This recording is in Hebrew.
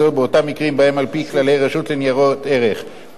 באותם מקרים שבהם על-פי כללי הרשות לניירות ערך אפשר לעכב את